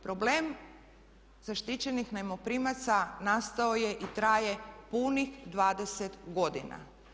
Problem zaštićenih najmoprimaca nastao je i traje punih 20 godina.